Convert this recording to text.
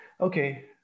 okay